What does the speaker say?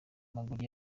amaguru